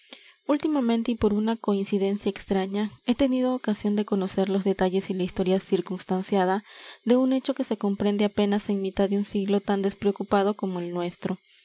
últimamente y por una coincidencia extraña he tenido ocasión de conocer los detalles y la historia circunstanciada de un hecho que se comprende apenas en mitad de un siglo tan despreocupado como el nuestro